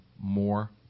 more